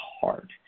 hard